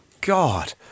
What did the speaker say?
God